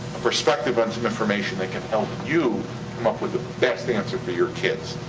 a perspective on some information that can help you come up with the best answer for your kids.